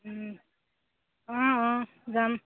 অঁ অঁ যাম